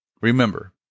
Remember